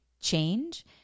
change